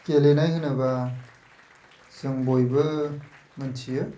गेलेनाय होनोबा जों बयबो मोनथियो